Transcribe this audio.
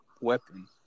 weapon